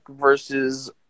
versus